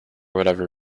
whatever